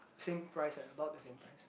same price eh about the same price